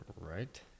Right